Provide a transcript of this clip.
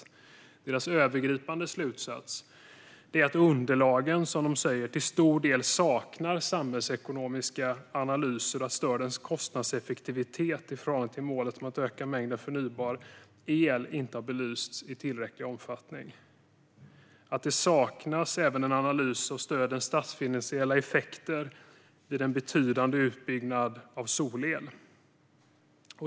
Riksrevisionens övergripande slutsats är att underlagen, som de säger, till stor del saknar samhällsekonomiska analyser och att stödens kostnadseffektivitet i förhållande till målet att öka mängden förnybar el inte har belysts i tillräcklig omfattning. Det saknas även en analys av stödets statsfinansiella effekter vid en betydande utbyggnad av solel.